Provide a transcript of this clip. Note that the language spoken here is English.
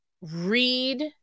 read